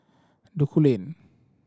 Duku Lane